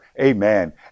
amen